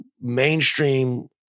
mainstream